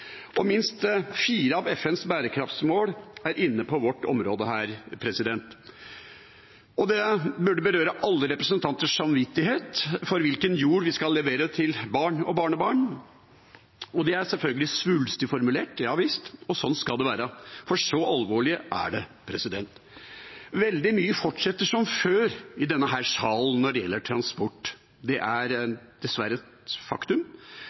overfor. Minst fire av FNs bærekraftsmål er inne på vårt område her. Det burde berøre aller representanters samvittighet for hvilken jord vi skal levere til barn og barnebarn. Det er selvfølgelig svulstig formulert – ja visst, og sånn skal det være, for så alvorlig er det. Veldig mye fortsetter som før i denne salen når det gjelder transport, det er dessverre et faktum.